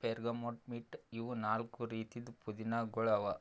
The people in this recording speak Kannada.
ಬೇರ್ಗಮೊಟ್ ಮಿಂಟ್ ಇವು ನಾಲ್ಕು ರೀತಿದ್ ಪುದೀನಾಗೊಳ್ ಅವಾ